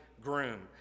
groom